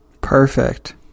Perfect